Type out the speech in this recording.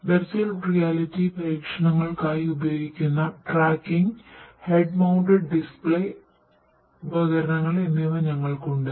virtual reality ഉപകരണങ്ങൾ എന്നിവ ഞങ്ങൾക്കുണ്ട്